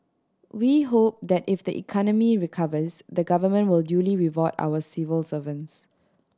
we hope that if the economy recovers the Government will duly reward our civil servants